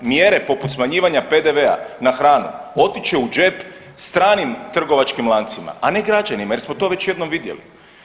Mjere poput smanjivanja PDV-a na hranu otići će u džep stranim trgovačkim lancima, a ne građanima jer smo to već jednom vidjeli.